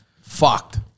fucked